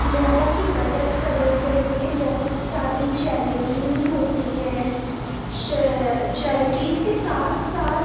لوگوں کی مدد کرنے کے لیے بہت ساری چیریٹیز ہوتی ہیں چیریٹیز کے ساتھ ساتھ